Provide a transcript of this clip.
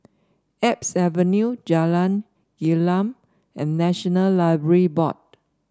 Alps Avenue Jalan Gelam and National Library Board